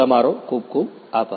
તમારો આભાર